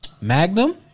Magnum